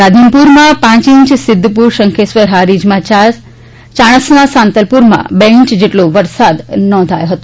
રાધનપુરમાં પાંચ સિદ્ધપુર શંખેશ્વર હારીજમાં ચાર ચાણસ્મા સાંતલપુરમાં બે ઇંચ જેટલો વરસાદ નોંધાયો હતો